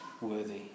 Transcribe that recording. worthy